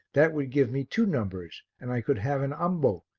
that would give me two numbers and i could have an ambo,